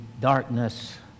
darkness